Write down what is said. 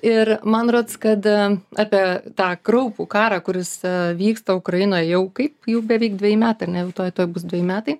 ir man rods kad apie tą kraupų karą kuris vyksta ukrainoj jau kaip jau beveik dveji metai ar ne jau tuoj tuoj bus dveji metai